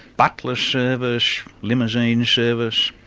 butler service, limousine service,